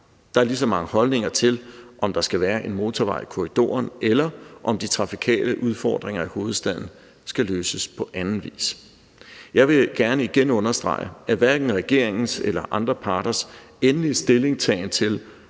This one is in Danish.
Der er lige så mange holdninger til, om der skal være en motorvej i korridoren, eller om de trafikale udfordringer i hovedstaden skal løses på anden vis. Jeg vil gerne igen understrege, at hverken regeringens eller andre parters endelige stillingtagen til